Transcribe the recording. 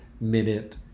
minute